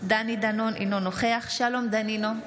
דני דנון, אינו נוכח שלום דנינו,